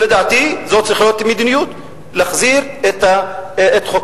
לדעתי זו צריכה להיות המדיניות: להחזיר את חוקי